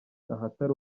ahatari